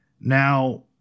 Now